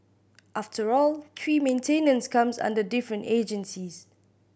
after all tree maintenance comes under different agencies